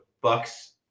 Bucks